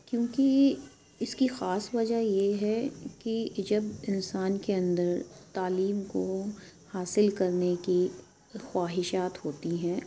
کیونکہ اِس کی خاص وجہ یہ ہے کہ جب انسان کے اندر تعلیم کو حاصل کرنے کی خواہشات ہوتی ہیں